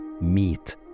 meet